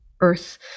Earth